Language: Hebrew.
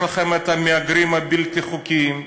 יש לכם מהגרים בלתי חוקיים,